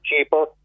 cheaper